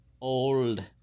old